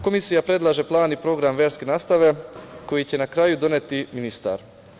Komisija predlaže plan i program verske nastave koji će na kraju doneti ministar.